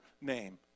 name